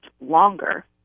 longer